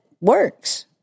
works